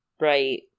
right